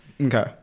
Okay